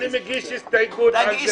אני מגיש הסתייגות על זה, אדוני.